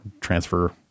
transfer